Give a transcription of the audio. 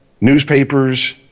newspapers